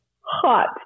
hot